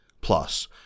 Plus